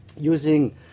using